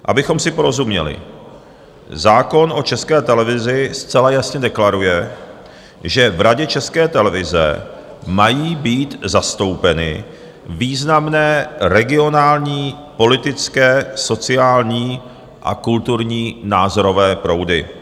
Abychom si porozuměli, zákon o České televizi zcela jasně deklaruje, že v Radě České televize mají být zastoupeny významné regionální, politické, sociální a kulturní názorové proudy.